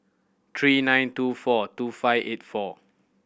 three nine two four two five eight four